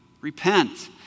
Repent